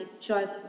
joyful